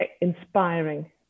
inspiring